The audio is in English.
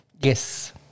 Yes